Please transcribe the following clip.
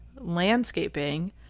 landscaping